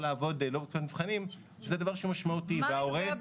זה דבר משמעותי לו.